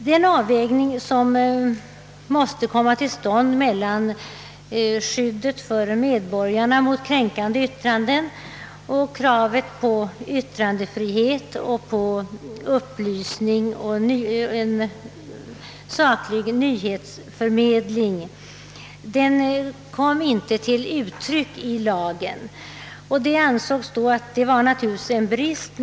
Den avvägning, som måste komma till stånd mellan skyddet för medborgarna mot kränkande yttranden och kravet på yttrandefrihet och på upplysning och saklig nyhetsförmedling, kom inte till tydligt uttryck i lagen, och detta var redan från början en brist.